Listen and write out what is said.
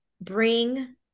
bring